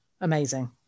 amazing